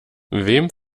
wem